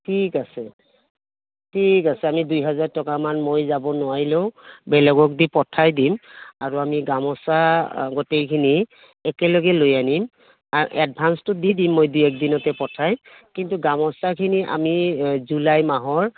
ঠিক আছে ঠিক আছে আমি দুই হাজাৰ টকামান মই যাব নোৱাৰিলেও বেলেগক দি পঠাই দিম আৰু আমি গামোচা গোটেইখিনি একেলগে লৈ আনিম এডভা্সটো দি দিম মই দুই এক দিনতে পঠাই কিন্তু গামোচাখিনি আমি জুলাই মাহৰ